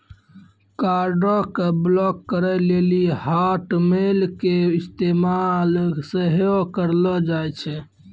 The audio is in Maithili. कार्डो के ब्लाक करे लेली हाटमेल के इस्तेमाल सेहो करलो जाय छै